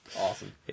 awesome